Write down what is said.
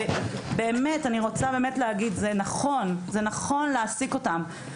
אני רוצה להגיד שזה נכון, נכון להעסיק אותן.